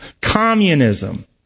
communism